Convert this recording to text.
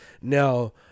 Now